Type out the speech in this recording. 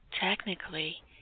Technically